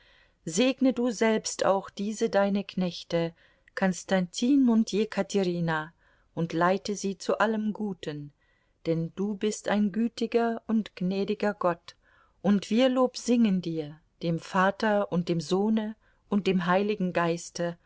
segne du selbst auch diese deine knechte konstantin und jekaterina und leite sie zu allem guten denn du bist ein gütiger und gnädiger gott und wir lobsingen dir dem vater und dem sohne und dem heiligen geiste